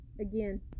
again